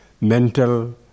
mental